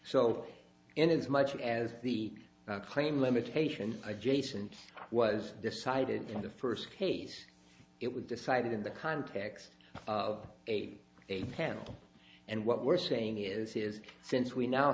so in as much as the claim limitation adjacent was decided in the first case it was decided in the context of eight a panel and what we're saying is is since we now